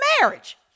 marriage